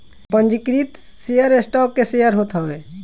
पंजीकृत share stock के share होत हवे